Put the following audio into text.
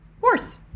horse